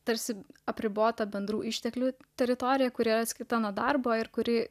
tarsi apribotą bendrų išteklių teritoriją kuri yra atskirta nuo darbo ir kuri